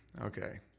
Okay